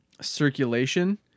circulation